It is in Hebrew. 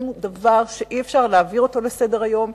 זה דבר שאי-אפשר לעבור עליו לסדר-היום,